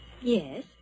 Yes